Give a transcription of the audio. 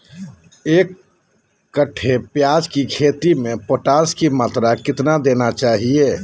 एक कट्टे प्याज की खेती में पोटास की मात्रा कितना देना चाहिए?